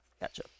Gotcha